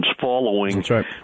following